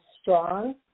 strong